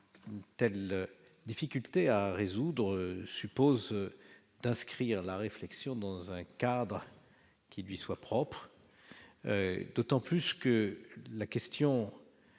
telle difficulté à résoudre suppose d'inscrire la réflexion dans un cadre qui lui soit propre, d'autant plus que la question